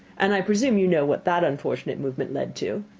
and i presume you know what that unfortunate movement led to?